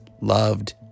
loved